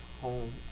home